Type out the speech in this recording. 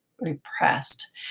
repressed